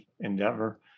endeavor